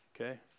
okay